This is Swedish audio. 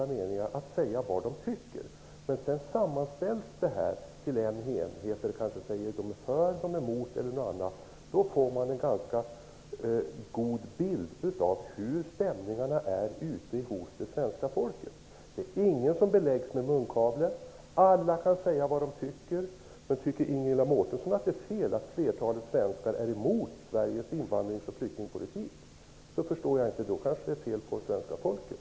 Detta sammanställs sedan till en helhet där det t.ex. redovisas om man är för eller emot eller tycker något annat. Då får man en ganska god bild av hur stämningarna är ute hos det svenska folket. Ingen beläggs med munkavle. Alla kan säga vad de tycker. Om Ingela Mårtensson tycker att det är fel att flertalet svenskar är emot Sveriges invandrar och flyktingpolitik är det kanske fel på svenska folket.